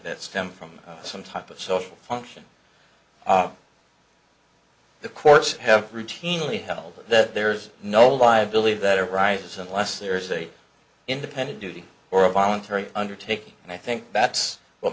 that stem from some type of social function the courts have routinely held that there's no live believe that arises unless there is a independent duty or a voluntary undertaking and i think that's what